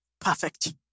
perfect